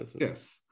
Yes